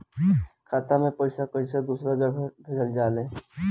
खाता से पैसा कैसे दूसरा जगह कैसे भेजल जा ले?